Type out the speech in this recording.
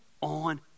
on